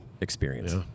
experience